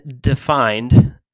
defined